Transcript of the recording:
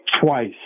twice